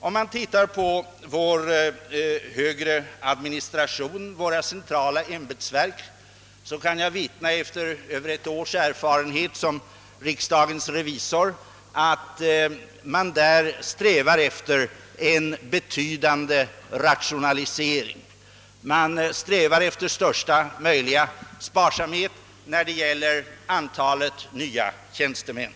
Om man ser på vår högre administration, våra centrala ämbetsverk, kan jag efter mer än ett års erfarenhet som riksdagens revisor vittna om att man där strävar efter rationaliseringar och största möjliga sparsamhet beträffande antalet nya tjänstemän.